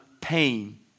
pain